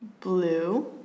Blue